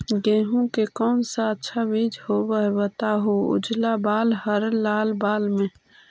गेहूं के कौन सा अच्छा बीज होव है बताहू, उजला बाल हरलाल बाल में?